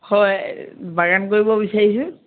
হয় বাগান কৰিব বিচাইছোঁ